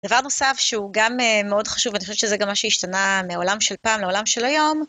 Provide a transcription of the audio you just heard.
דבר נוסף שהוא גם מאוד חשוב ואני חושבת שזה גם מה שהשתנה מהעולם של פעם לעולם של היום.